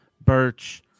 Birch